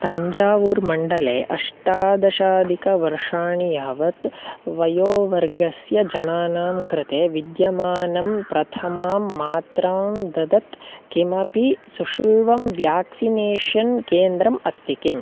तञ्जावूर्मण्डले अष्टादशाधिकवर्षाणि यावत् वयोवर्गस्य जनानां कृते विद्यमानं प्रथमां मात्रां ददत् किमपि सुशुल्कं व्याक्सिनेषन् केन्द्रम् अस्ति किम्